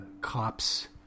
cops